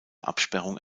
absperrung